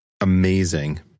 amazing